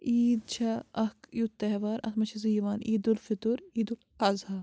عیٖد چھِ اَکھ یُتھ تہوار اَتھ منٛز چھِ زٕ یِوان عیٖدالفِطر عیٖدالاضحیٰ